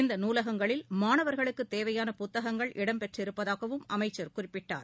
இந்த நூலகங்களில் மாணவர்களுக்குத் தேவையான புத்தகங்கள் இடம் பெற்றிருப்பதாகவும் அமைச்சர் குறிப்பிட்டார்